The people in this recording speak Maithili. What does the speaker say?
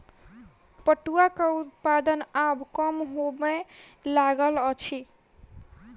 पटुआक उत्पादन आब कम होमय लागल अछि